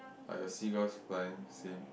are the seagulls flying same